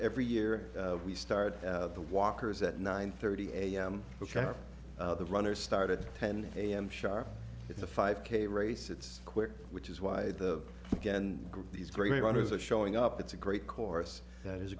every year we start the walkers at nine thirty a m which are the runners started ten a m sharp it's a five k race it's quick which is why the again these great writers are showing up it's a great course that is